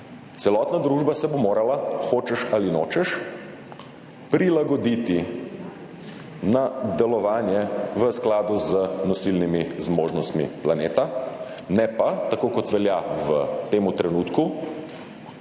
Celotna družba se bo morala, hočeš ali nočeš, prilagoditi na delovanje v skladu z nosilnimi zmožnostmi planeta. Ne pa, tako kot velja v tem trenutku,